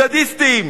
סדיסטים,